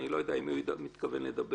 אני לא יודע עם מי הוא מתכוון לדבר.